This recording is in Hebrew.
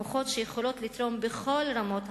מוחות שיכולים לתרום בכל רמות החיים.